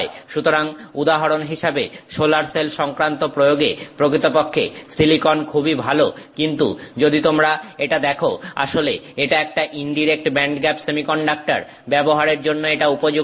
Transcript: সুতরাং উদাহরণ হিসেবে সোলার সেল সংক্রান্ত প্রয়োগে প্রকৃতপক্ষে সিলিকন খুবই ভালো কিন্তু যদি তোমরা এটা দেখো আসলে এটা একটা ইনডিরেক্ট ব্যান্ডগ্যাপ সেমিকন্ডাক্টর ব্যবহারের জন্য এটা উপযুক্ত উপাদান নয়